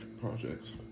projects